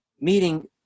meeting